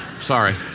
sorry